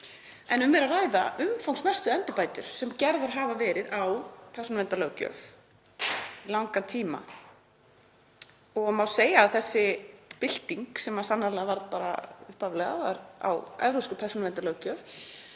En um er að ræða umfangsmestu endurbætur sem gerðar hafa verið á persónuverndarlöggjöf í langan tíma og má segja að þessi bylting, sem sannarlega varð bara upphaflega á evrópskri persónuverndarlöggjöf,